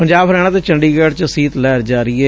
ਪੰਜਾਬ ਹਰਿਆਣਾ ਅਤੇ ਚੰਡੀਗੜ ਚ ਸੀਤ ਲਹਿਰ ਜਾਰੀ ਏ